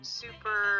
super